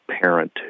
parent